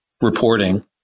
reporting